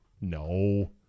No